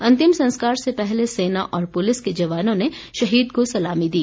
अंतिम संस्कार से पहले सेना और पुलिस के जवानों ने शहीद को सलामी दी